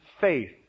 faith